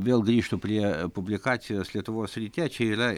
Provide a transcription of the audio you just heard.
vėl grįžtu prie publikacijos lietuvos ryte čia yra